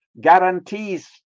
guarantees